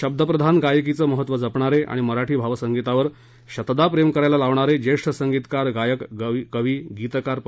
शब्दप्रधान गायकीचं महत्त्व जपणारे आणि मराठी भावसंगीतावर शतदा प्रेम करायला लावणारे ज्येष्ठ संगीतकार गायक कवी गीतकार पं